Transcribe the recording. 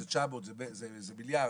לא,